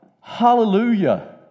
Hallelujah